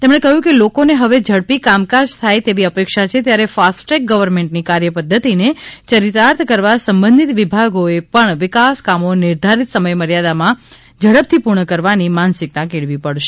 તેમણે કહ્યું કે લોકોને હવે ઝડપી કામકાજ થાય તેવી અપેક્ષા છે ત્યારે ફાસ્ટદ્રેક ગર્વનમેન્ટની કાર્યપદ્ધતિને ચરિતાર્થ કરવા સંબંધિત વિભાગોએ પણ વિકાસ કામો નિર્ધારીત સમયમર્યાદામાં ઝડપથી પૂર્ણ કરવાની માનસિકતા કેળવી પડશે